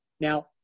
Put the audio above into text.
Now